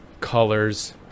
colors